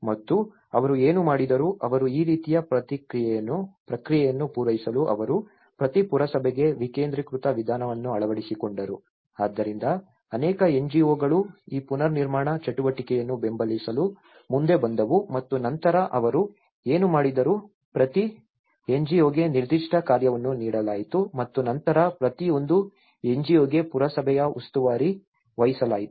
ಮತ್ತು ಅವರು ಏನು ಮಾಡಿದರು ಅವರು ಈ ರೀತಿಯ ಪ್ರಕ್ರಿಯೆಯನ್ನು ಪೂರೈಸಲು ಅವರು ಪ್ರತಿ ಪುರಸಭೆಗೆ ವಿಕೇಂದ್ರೀಕೃತ ವಿಧಾನವನ್ನು ಅಳವಡಿಸಿಕೊಂಡರು ಆದ್ದರಿಂದ ಅನೇಕ ಎನ್ಜಿಒಗಳು ಈ ಪುನರ್ನಿರ್ಮಾಣ ಚಟುವಟಿಕೆಯನ್ನು ಬೆಂಬಲಿಸಲು ಮುಂದೆ ಬಂದವು ಮತ್ತು ನಂತರ ಅವರು ಏನು ಮಾಡಿದರು ಪ್ರತಿ ಎನ್ಜಿಒಗೆ ನಿರ್ದಿಷ್ಟ ಕಾರ್ಯವನ್ನು ನೀಡಲಾಯಿತು ಮತ್ತು ನಂತರ ಪ್ರತಿ ಒಂದು ಎನ್ಜಿಒಗೆ ಪುರಸಭೆಯ ಉಸ್ತುವಾರಿ ವಹಿಸಲಾಯಿತು